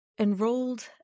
enrolled